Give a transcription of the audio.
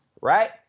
right